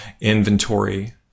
inventory